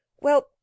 Well